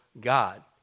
God